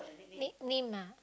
nick name ah